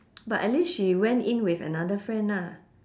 but at least she went in with another friend ah